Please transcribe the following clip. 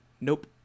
Nope